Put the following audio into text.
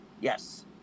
Yes